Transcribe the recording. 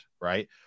right